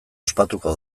ospatuko